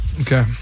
Okay